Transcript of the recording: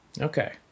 okay